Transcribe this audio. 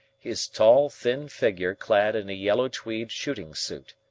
his tall, thin figure clad in a yellow tweed shooting-suit.